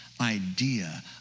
idea